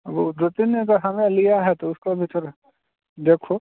वो दो तीन दिन का समय लिया है तो उसको भी थोड़ा देखो